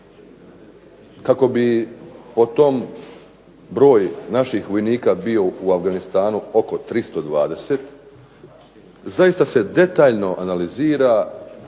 kako bi po tom broj naših vojnika bio u Afganistanu bio 320, zaista se detaljno analizira